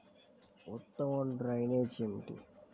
ఉత్తమ డ్రైనేజ్ ఏమిటి?